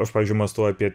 aš pavyzdžiui mąstau apie